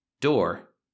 door